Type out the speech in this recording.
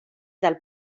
del